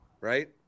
right